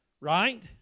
Right